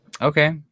Okay